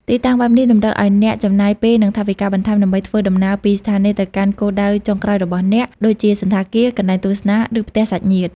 ទីតាំងបែបនេះតម្រូវឱ្យអ្នកចំណាយ ពេល និងថវិកាបន្ថែម ដើម្បីធ្វើដំណើរពីស្ថានីយ៍ទៅកាន់គោលដៅចុងក្រោយរបស់អ្នក ដូចជាសណ្ឋាគារ កន្លែងទស្សនា ឬផ្ទះសាច់ញាតិ។